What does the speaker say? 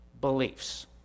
beliefs